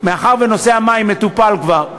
מאחר שנושא המים מטופל כבר,